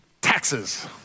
taxes